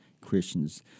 Christians